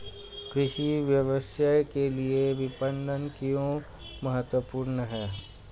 कृषि व्यवसाय के लिए विपणन क्यों महत्वपूर्ण है?